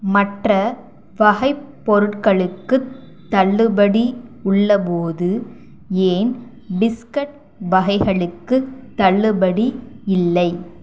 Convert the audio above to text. மற்ற வகைப் பொருட்களுக்குத் தள்ளுபடி உள்ளபோது ஏன் பிஸ்கட் வகைகளுக்குத் தள்ளுபடி இல்லை